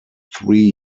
three